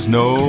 no